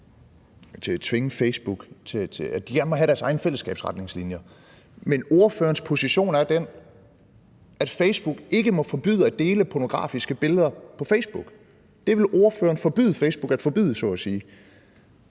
altså at de gerne må have deres egne fællesskabsretningslinjer. Men spørgerens position er den, at Facebook ikke må forbyde at dele pornografiske billeder på Facebook – det vil spørgeren forbyde Facebook at forbyde så at sige